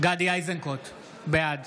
גדי איזנקוט, בעד